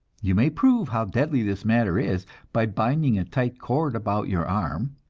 you may prove how deadly this matter is by binding a tight cord about your arm,